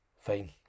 Fine